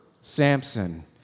Samson